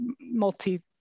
multi